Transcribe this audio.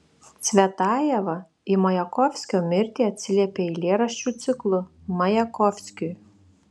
cvetajeva į majakovskio mirtį atsiliepė eilėraščių ciklu majakovskiui